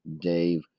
Dave